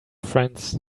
friends